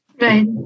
Right